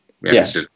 Yes